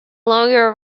longer